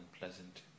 unpleasant